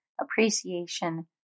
appreciation